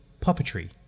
Puppetry